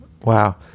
Wow